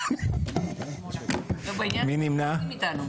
מי נמנע?